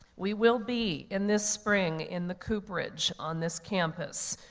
we will be in this spring in the cooperage on this campus,